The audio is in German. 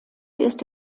ist